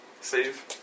Save